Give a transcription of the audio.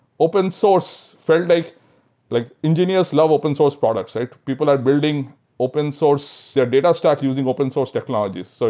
open source felt like like engineers love open source products. like people are building open source, their data stack using open source technologies. so